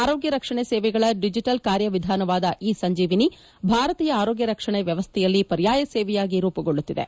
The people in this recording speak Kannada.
ಆರೋಗ್ಯ ರಕ್ಷಣೆ ಸೇವೆಗಳ ಡಿಜಿಟಲ್ ಕಾರ್ಯವಿಧಾನವಾದ ಇ ಸಂಜೀವಿನಿ ಭಾರತೀಯ ಆರೋಗ್ಯ ರಕ್ಷಣೆಯ ವ್ಯವಸ್ಥೆಯಲ್ಲಿ ಪರ್ಯಾಯ ಸೇವೆಯಾಗಿ ರೂಪುಗೊಳ್ಳುತ್ತಿದೆ